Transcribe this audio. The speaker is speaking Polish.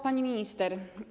Pani Minister!